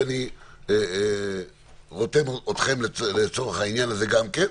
ואני רותם אתכם לצורך העניין הזה גם כן,